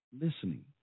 listening